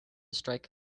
strike